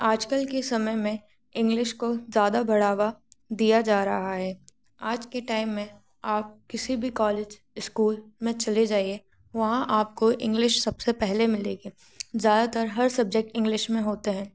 आज कल के समय में इंग्लिश को ज़्यादा बढ़ावा दिया जा रहा है आज के टाइम में आप किसी भी कॉलेज स्कूल में चले जाइए वहाँ आपको इंग्लिश आपको सबसे पहले मिलेगी ज़्यादातर हर सब्जेक्ट इंग्लिश में होते है